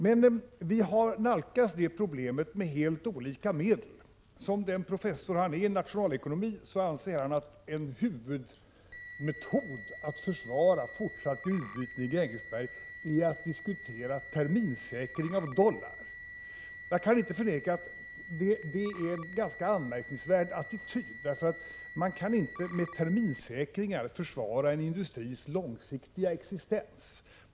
Men vi har nalkats detta problem med helt olika metoder: Som den professor i nationalekonomi han är anser han att en huvudmetod att försvara fortsatt gruvdrift i Grängesberg är att diskutera terminssäkringar av dollar. Jag kan inte förneka att jag tycker att det är en ganska anmärkningsvärd attityd. Man kan inte med terminssäkringar försvara en industris långsiktiga existens.